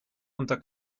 unter